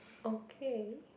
okay